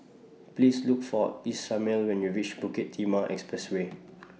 Please Look For Ishmael when YOU REACH Bukit Timah Expressway